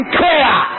care